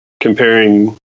comparing